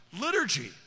Liturgy